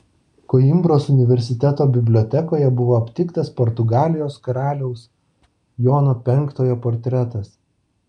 koimbros universiteto bibliotekoje buvo aptiktas portugalijos karaliaus jono penktojo portretas